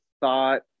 thought